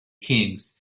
kings